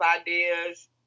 ideas